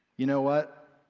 you know what?